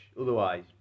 Otherwise